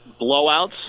blowouts